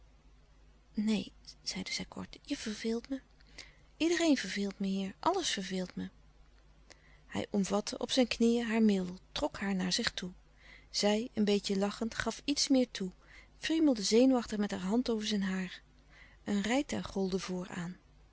neen zeide zij kort je verveelt me iedereen verveelt me hier alles verveelt me hij omvatte op zijn knieën haar middel trok haar naar zich toe zij een beetje lachend gaf iets meer toe wriemelde zenuwachtig met haar hand over zijn haar een rijtuig rolde voor